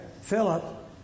Philip